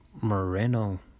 Moreno